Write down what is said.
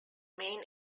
main